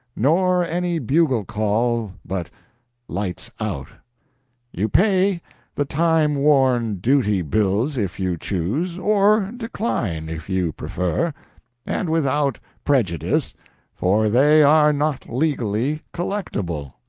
nor any bugle-call but lights out you pay the time-worn duty bills if you choose, or decline, if you prefer and without prejudice for they are not legally collectable.